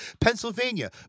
Pennsylvania